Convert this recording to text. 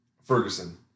Ferguson